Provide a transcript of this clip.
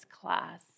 class